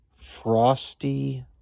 Frosty